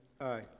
aye